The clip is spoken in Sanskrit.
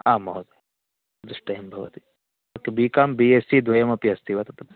आं महोदय द्रष्टव्यं भवति तत्तु B com B S C द्वयमपि अस्ति वा तत्र